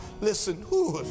Listen